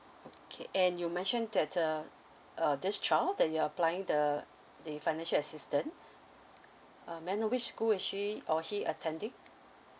okay and you mentioned that uh uh this child that you're applying the the financial assistance uh may I know which school is she or he attending